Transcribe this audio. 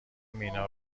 مینا